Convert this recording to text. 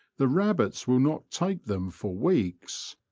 the rabbits will not take them for weeks.